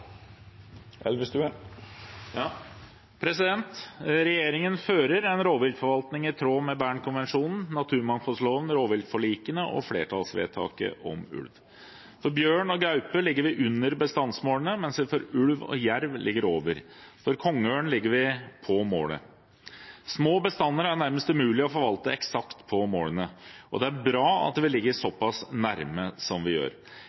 Bernkonvensjonen, naturmangfoldloven, rovviltforliket og flertallsvedtaket om ulv. For bjørn og gaupe ligger vi under bestandsmålene, mens vi for ulv og jerv ligger over. For kongeørn ligger vi på målet. Små bestander er nærmest umulig å forvalte eksakt på målene, og det er bra at vi ligger såpass nær som vi gjør.